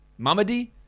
Mamadi